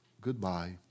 goodbye